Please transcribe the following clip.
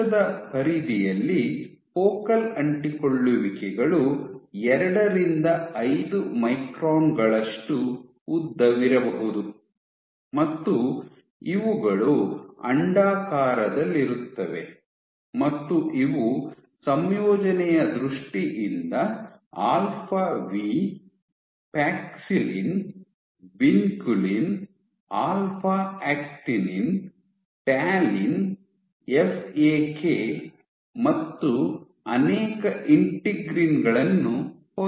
ಕೋಶದ ಪರಿಧಿಯಲ್ಲಿ ಫೋಕಲ್ ಅಂಟಿಕೊಳ್ಳುವಿಕೆಗಳು ಎರಡರಿಂದ ಐದು ಮೈಕ್ರಾನ್ ಗಳಷ್ಟು ಉದ್ದವಿರಬಹುದು ಮತ್ತು ಇವುಗಳು ಅಂಡಾಕಾರದಲ್ಲಿರುತ್ತವೆ ಮತ್ತು ಇವು ಸಂಯೋಜನೆಯ ದೃಷ್ಟಿಯಿಂದ alpha V paxillin vinculin alpha actinin talin FAK ಮತ್ತು ಅನೇಕ ಇಂಟಿಗ್ರೀನ್ ಗಳನ್ನು ಹೊಂದಿವೆ